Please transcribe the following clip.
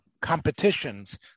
competitions